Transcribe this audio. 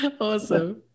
Awesome